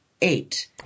eight